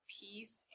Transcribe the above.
peace